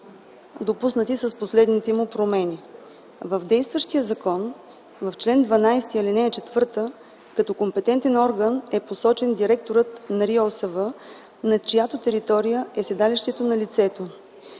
допуснати с последните му промени. В действащия закон в чл. 12, ал. 4 като компетентен орган е посочен директорът на РИОСВ, на чиято територия е седалището на лицето,